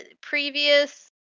previous